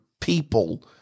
people